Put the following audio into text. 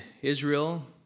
Israel